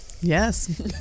Yes